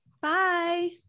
Bye